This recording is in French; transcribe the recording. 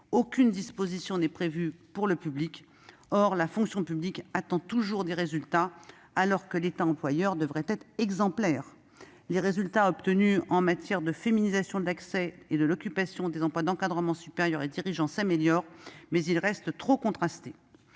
aucune disposition n'est prévue pour le public. Or la fonction publique attend toujours des améliorations, alors que l'État employeur devrait être exemplaire. Les résultats obtenus en matière de féminisation de l'accès aux emplois d'encadrement supérieur et dirigeant s'améliorent, mais ils restent trop contrastés.